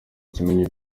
kimenyi